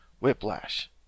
whiplash